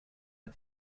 but